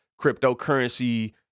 cryptocurrency